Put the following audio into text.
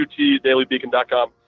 utdailybeacon.com